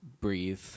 breathe